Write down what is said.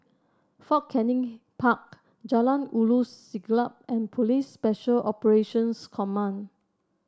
Fort Canning Park Jalan Ulu Siglap and Police Special Operations Command